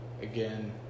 again